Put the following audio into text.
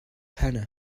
hannah